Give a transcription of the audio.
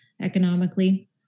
economically